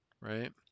right